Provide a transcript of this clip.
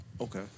okay